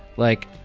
like,